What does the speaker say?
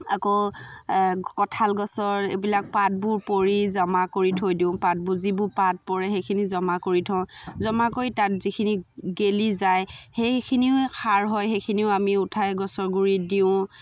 আকৌ কঁঠাল গছৰ এইবিলাক পাতবোৰ পৰি জমা কৰি থৈ দিওঁ পাতবোৰ যিবোৰ পাত পৰে সেইখিনি জমা কৰি থওঁ জমা কৰি তাত যিখিনি গেলি যায় সেইখিনিও সাৰ হয় সেইখিনিও আমি উঠাই গছৰ গুৰিত দিওঁ